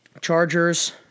Chargers